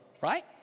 right